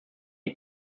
die